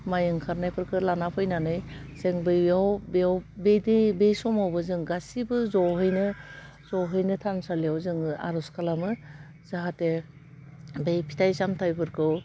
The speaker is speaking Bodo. माय ओंखारनायफोरखो लाना फैनानै जों बैयाव बेयाव बेदि बे समावबो जों गासिबो ज'हैनो ज'हैनो थानसालियाव जोङो आर'ज खालामो जाहाथे बे फिथाइ सामथाइ फोरखौ